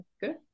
Good